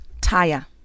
tire